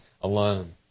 alone